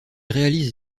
réalise